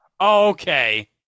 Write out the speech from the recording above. Okay